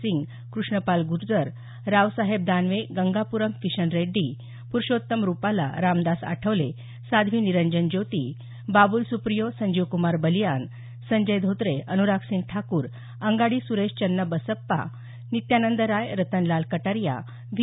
Singh Krishnapal Gurjar Raosaheb Danve Gangapuram Kishan Reddy Purushottam Rupala Ramdas Athawale Sadhvi Niranjan Jyoti Babul Supriyo Sanjeevkumar Balyan Sanjay Dhotre Anuragsingh Thakur Angadi Suresh Channabasappa Nityanand Rai Ratanlal Kataria V